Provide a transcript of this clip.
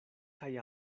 kaj